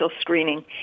screening